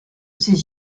ces